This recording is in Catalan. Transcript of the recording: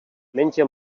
menja